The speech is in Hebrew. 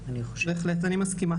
אני נותנת